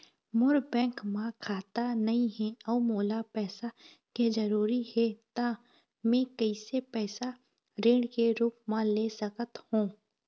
मोर bank म खाता नई हे अउ मोला पैसा के जरूरी हे त मे कैसे पैसा ऋण के रूप म ले सकत हो?